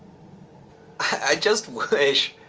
i just wish